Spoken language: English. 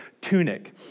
tunic